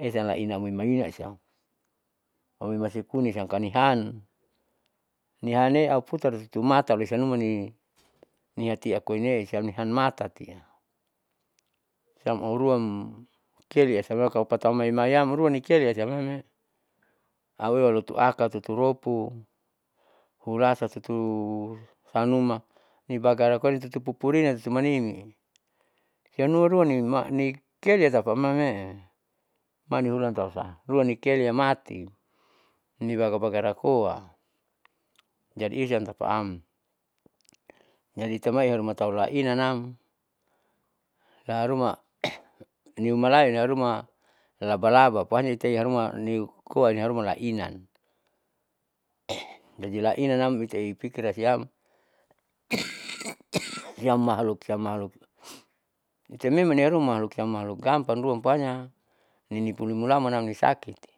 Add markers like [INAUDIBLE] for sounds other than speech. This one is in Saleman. Esa laina maina siam aunimasipuni siam kanihan nihane auputar tutu mata olesaim numani niatia koinee siam nihan mata siam, siam auruhan keli asapa kalo aupataam mai mai ruani keli siam loimee. Auewa lotu aka tutu ropu hulasa tutu sanuma nibarukoa tutu pupurina tutu manimi, siam numa ruani ma nikeliam tapamee manihulan tausa ruanikelia mati nibaga bagarakoa [NOISE] jadi siam tapaam. [NOISE] jadi taumai iharuma tahu lainanam laharuma niumalain haruma laba laba ponya ite auharuma nikoa niharuma lainan. [NOISE] jadi lainanam ita ipikira siam [NOISE] siam mahluk siam mahluk ite memang niharuma mahlukian mahluk gampang ruan pohanya ninipuli mulaman nisakiti